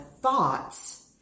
thoughts